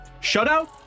Shutout